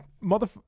mother